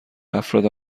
افراد